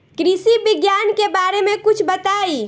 कृषि विज्ञान के बारे में कुछ बताई